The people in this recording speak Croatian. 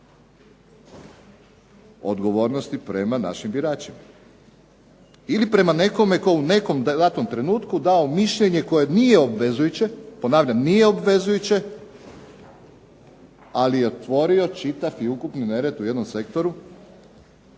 odgovornosti prema našim biračima ili prema nekome tko u nekom datom trenutku dao mišljenje koje nije obvezujuće, ponavljam nije obvezujuće, ali je otvorio čitav i ukupni nered u jednom sektoru